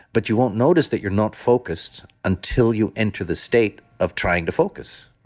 but you won't notice that you're not focused until you enter the state of trying to focus